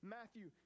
Matthew